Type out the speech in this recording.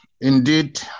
Indeed